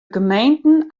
gemeenten